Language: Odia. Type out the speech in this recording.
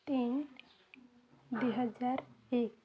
ତିନ ଦୁଇହଜାର ଏକ